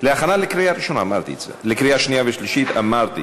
להכנה לקריאה שנייה ושלישית, אמרתי.